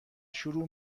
شروع